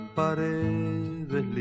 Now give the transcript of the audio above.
paredes